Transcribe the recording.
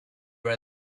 were